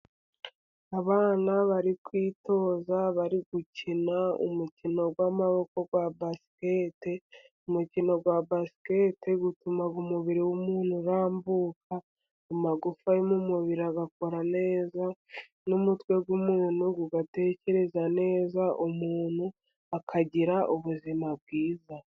Abana bari kwitoza bari gukina umukino w'amaboko wa basikete, umukino wa basikete utuma umubiri w'umuntu urambuka amagufa yo mu mubiri agakora neza, n'umutwe w'umuntu ugatekereza neza, umuntu akagira ubuzima bwiza.